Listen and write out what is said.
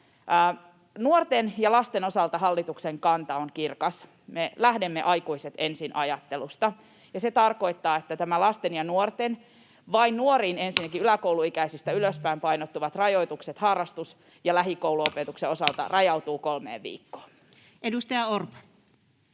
Nuorten ja lasten osalta hallituksen kanta on kirkas. Me lähdemme aikuiset ensin ‑ajattelusta, ja se tarkoittaa, että nämä lasten ja nuorten ensinnäkin vain nuoriin yläkouluikäisistä ylöspäin painottuvat rajoitukset harrastusten ja lähikouluopetuksen osalta rajautuvat kolmeen viikkoon. Edustaja Orpo.